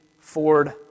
Ford